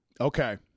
Okay